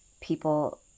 people